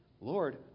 Lord